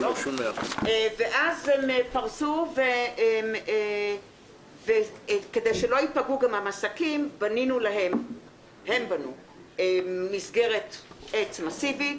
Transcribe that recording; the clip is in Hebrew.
--- ואז הם פרסו וכדי שלא ייפגעו גם המסכים הם בנו מסגרת עץ מסיבית.